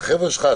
החבר'ה שלך,